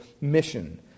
mission